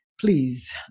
please